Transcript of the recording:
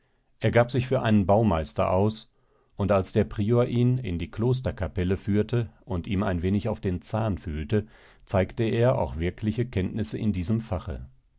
er gab sich für einen baumeister aus und als der prior ihn in die klosterkapelle führte und ihm ein wenig auf den zahn fühlte zeigte er auch wirkliche kenntnisse in diesem fache